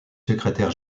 secrétaire